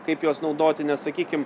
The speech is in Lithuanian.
kaip juos naudoti nes sakykim